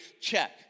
check